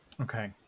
Okay